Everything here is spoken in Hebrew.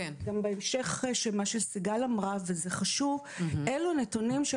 גם בהמשך למה שסיגל אמרה וזה חשוב - אלו נתונים של